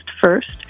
first